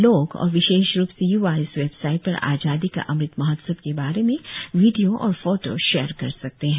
लोग और विशेष रूप से य्वा इस वेबसाइट पर आजादी का अमृत महोत्सव के बारे में वीडियो और फोटो शेयर कर सकते हैं